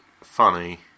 funny